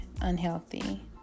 unhealthy